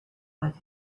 with